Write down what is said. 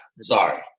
Sorry